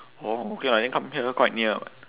orh okay [what] then come here quite near [what]